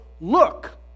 Look